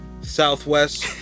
southwest